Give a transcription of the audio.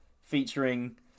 Featuring